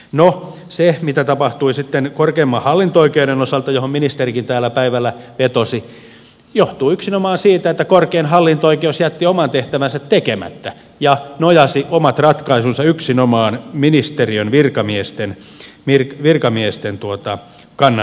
no se mitä tapahtui sitten korkeimman hallinto oikeuden osalta johon ministerikin täällä päivällä vetosi johtuu yksinomaan siitä että korkein hallinto oikeus jätti oman tehtävänsä tekemättä ja nojasi omat ratkaisunsa yksinomaan ministeriön virkamiesten kannanottoihin